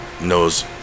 knows